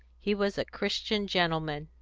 he was a christian gentleman,